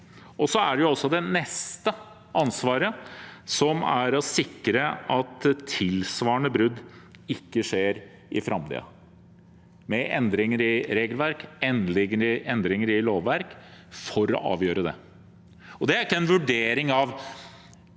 Så er det også det neste ansvaret, som er å sikre at tilsvarende brudd ikke skjer i framtiden – med endringer i regelverk, endringer i lovverk for å avgjøre det. Det er ikke en vurdering av